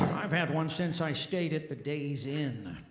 i've had one since i stayed at the days inn.